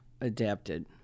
adapted